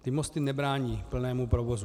Ty mosty nebrání plnému provozu.